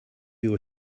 you